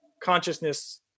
consciousness